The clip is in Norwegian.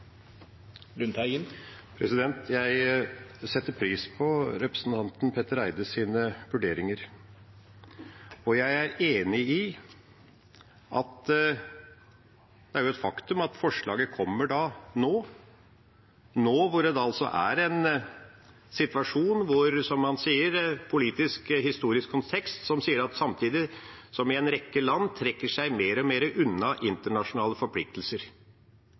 utvikling. Jeg setter pris på representanten Petter Eides vurderinger, og jeg er enig i at det er et faktum at forslaget kommer nå når det er en situasjon med en politisk, historisk kontekst hvor man samtidig ser at en rekke land trekker seg mer og mer unna internasjonale forpliktelser.